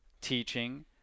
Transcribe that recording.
teaching